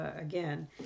again